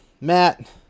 Matt